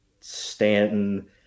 Stanton